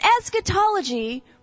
eschatology